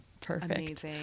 Perfect